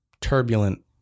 turbulent